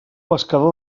pescador